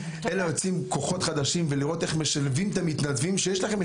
אלא יוצאים בכוחות חדשים ולראות איך משלבים את המתנדבים שיש לכם.